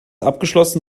abgeschlossen